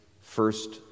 first